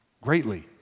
greatly